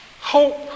Hope